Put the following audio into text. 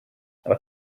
are